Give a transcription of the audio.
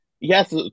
Yes